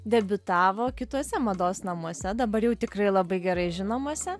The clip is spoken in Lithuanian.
debiutavo kituose mados namuose dabar jau tikrai labai gerai žinomose